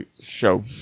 show